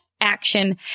action